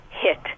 hit